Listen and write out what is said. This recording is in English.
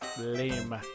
Lame